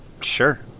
Sure